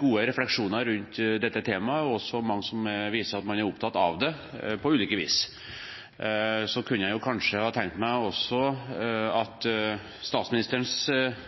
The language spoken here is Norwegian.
gode refleksjoner rundt dette temaet, og det er også mange som viser at man er opptatt av det, på ulike vis. Så kunne jeg kanskje ha tenkt meg at statsministerens parti også fant grunn til å delta i debatten, slik at